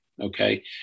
okay